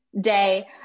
day